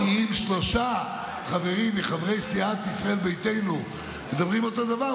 כי אם שלושה חברים מחברי סיעת ישראל ביתנו מדברים אותו דבר,